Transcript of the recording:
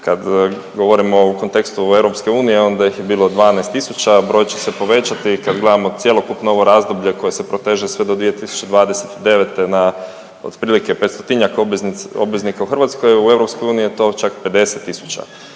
Kad govorimo o kontekstu EU onda ih je bilo 12000, a broj će se povećati kad gledamo cjelokupno ovo razdoblje koje se proteže sve do 2029. na otprilike petstotinjak obveznika u Hrvatskoj. U EU je to čak 50 000.